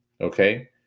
okay